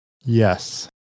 yes